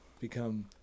become